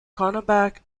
cornerback